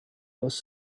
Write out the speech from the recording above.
was